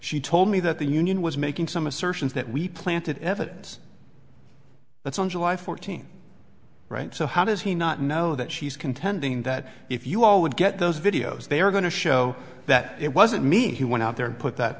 she told me that the union was making some assertions that we planted evidence that's on july fourteenth right so how does he not know that she's contending that if you all would get those videos they are going to show that it wasn't me who went out there and put that